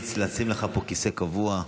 נעבור לסעיף הבא בסדר-היום,